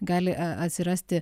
gali atsirasti